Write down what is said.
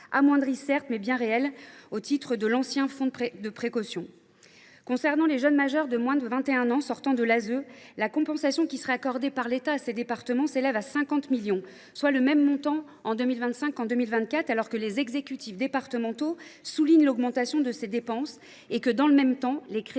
amoindri, mais bien réel, au titre de l’ancien fonds de précaution. Concernant les jeunes majeurs de moins de 21 ans sortant de l’ASE, la compensation qui sera accordée par l’État aux départements s’élève à 50 millions d’euros, soit le même montant cette année qu’en 2024, alors que les exécutifs départementaux nous signalent l’augmentation de ces dépenses et que, en parallèle, les crédits